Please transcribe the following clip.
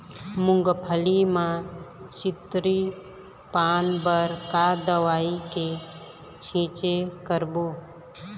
मूंगफली म चितरी पान बर का दवई के छींचे करबो?